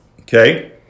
Okay